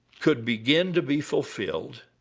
could begin to be fulfilled